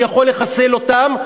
שיכולה לחסל אותם,